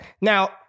Now